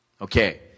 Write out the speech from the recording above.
Okay